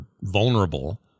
vulnerable